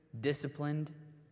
disciplined